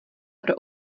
pro